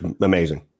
amazing